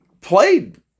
played